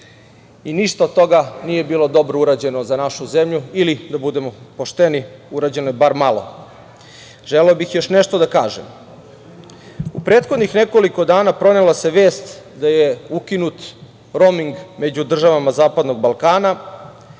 i ništa od toga nije bilo dobro urađeno za našu zemlju ili da budemo pošteni, uređeno bar malo. Želeo bih još nešto da kažem. U prethodnih nekoliko dana pronela se vest da je ukinut roming među državama zapadnog Balkana,